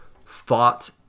fought